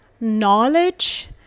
knowledge